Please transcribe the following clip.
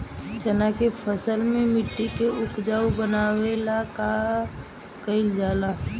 चन्ना के फसल में मिट्टी के उपजाऊ बनावे ला का कइल जाला?